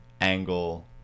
angle